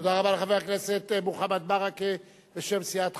תודה רבה לחבר הכנסת מוחמד ברכה, בשם סיעת חד"ש.